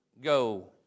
go